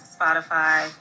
Spotify